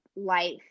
life